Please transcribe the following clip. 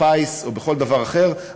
בפיס או בכל דבר אחר,